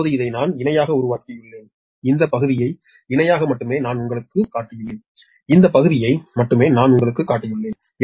இப்போது இதை நான் இணையாக உருவாக்கியுள்ளேன் இந்த பகுதியை இணையாக மட்டுமே நான் உங்களுக்குக் காட்டியுள்ளேன் இந்த பகுதியை மட்டுமே நான் உங்களுக்குக் காட்டியுள்ளேன்